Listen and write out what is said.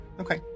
Okay